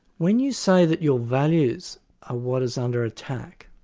when you say that your values are what is under attack,